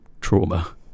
trauma